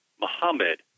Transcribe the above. Muhammad